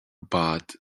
but